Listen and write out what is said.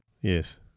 Yes